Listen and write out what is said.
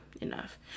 enough